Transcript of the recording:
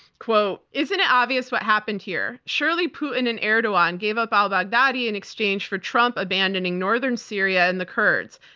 quote, isn't it obvious what happened here? surely putin and erdogan gave up al-baghdadi in exchange for trump abandoning northern syria and the kurds.